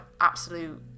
absolute